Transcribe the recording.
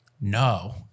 no